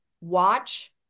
watch